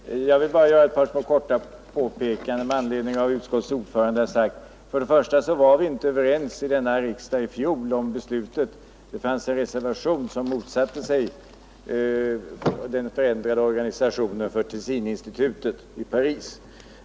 Fru talman! Jag vill bara göra ett par korta påpekanden med anledning av vad utskottets ordförande här sade. För det första var vi inte överens i denna fråga i fjol, när vi fattade det beslut som det nu talas om. Det fanns då en moderat reservation, i vilken man motsatte sig den ändrade organisationen för Tessininstitutet.